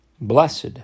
Blessed